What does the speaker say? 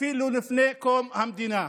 אפילו לפני קום המדינה.